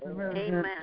Amen